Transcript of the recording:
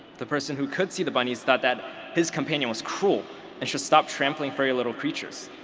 the person who could see the bunnies thought that his companion was cruel and should stop trampling fury little creatures,